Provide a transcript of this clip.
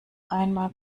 einmal